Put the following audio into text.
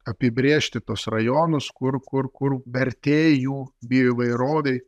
apibrėžti tuos rajonus kur kur kur vertė jų bioįvairovei